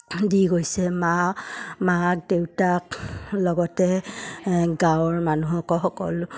দি গৈছে মা মাক দেউতাক লগতে গাঁৱৰ মানুহকো সকলো